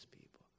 people